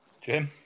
Jim